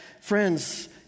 friends